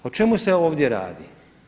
O čemu se ovdje radi?